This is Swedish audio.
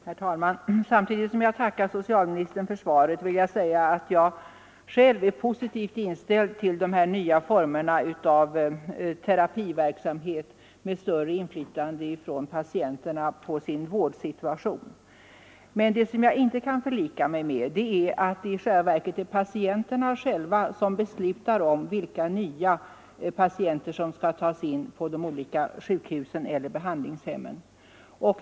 Herr talman! Samtidigt som jag tackar socialministern för svaret vill jag säga att jag själv är positivt inställd till de nya formerna av terapeutisk verksamhet, där patienterna ges större inflytande på sin vårdsituation. Men vad jag inte kan förlika mig med är att det i själva verket är patienterna som beslutar om vilka nya patienter som skall tas in på de olika sjukhusen eller behandlingshemmen.